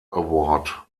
award